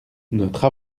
notre